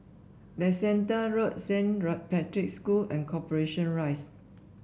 Leicester Road Saint Patrick's School and Corporation Rise